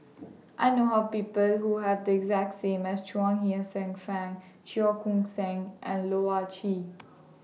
I know People Who Have The exact same as Chuang Hsueh Fang Cheong Koon Seng and Loh Ah Chee